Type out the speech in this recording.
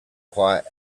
quiet